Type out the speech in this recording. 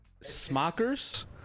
Smokers